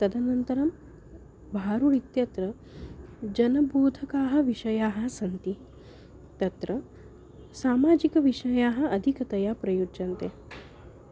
तदनन्तरं भारुड् इत्यत्र जनबोधकाः विषयाः सन्ति तत्र सामाजिकविषयाः अधिकतया प्रयुज्यन्ते